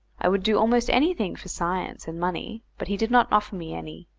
i would do almost anything for science and money, but he did not offer me any,